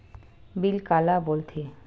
Bill काला बोल थे?